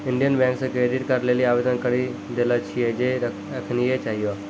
Indian bank से credit card लेली आवेदन करी देले छिए जे एखनीये चाहियो